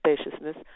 spaciousness